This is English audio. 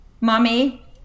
mommy